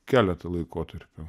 keletą laikotarpių